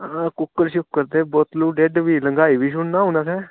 हां कुक्कड़ शुक्कड़ ते बोतलू डेढ बी लंगाई बी छुड़ना हून असें